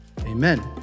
amen